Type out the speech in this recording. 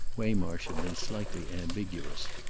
waymarsh had been slightly ambiguous.